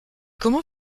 comment